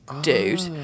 dude